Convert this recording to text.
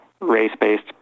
race-based